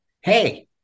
hey